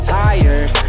tired